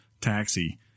taxi –